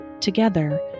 Together